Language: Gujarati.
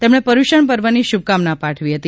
તેમણે પર્યુંષણ પર્વની શુભકામના પાઠવી હતી